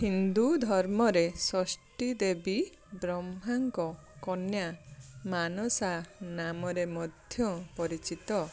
ହିନ୍ଦୁ ଧର୍ମରେ ଷଷ୍ଠୀ ଦେବୀ ବ୍ରହ୍ମାଙ୍କ କନ୍ୟା ମାନସା ନାମରେ ମଧ୍ୟ ପରିଚିତ